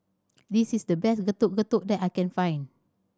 this is the best Getuk Getuk that I can find